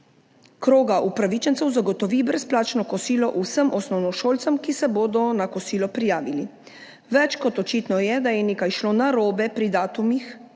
kroga upravičencev zagotovi brezplačno kosilo vsem osnovnošolcem, ki se bodo na kosilo prijavili. Več kot očitno je, da je nekaj šlo narobe pri datumih